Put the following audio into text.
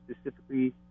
specifically